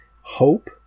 hope